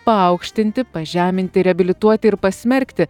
paaukštinti pažeminti reabilituoti ir pasmerkti